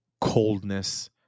coldness